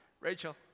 Rachel